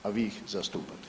A vi ih zastupate.